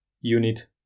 unit